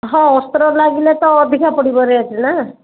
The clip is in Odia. ହଁ ଅସ୍ତ୍ର ଲାଗିଲେ ତ ଅଧିକା ପଡ଼ିବ ରେଟ୍ ନା